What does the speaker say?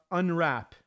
unwrap